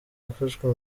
yafashwe